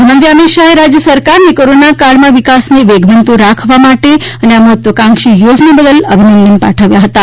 ગૃહમંત્રી શ્રી અમિત શાહે રાજ્ય સરકારને કોરોના કાળમાં વિકાસને વેગવંતો રાખવા માટે અને આ મહત્વાંકાંક્ષી યોજના બદલ અભિનંદન પાઠવ્યા હતાં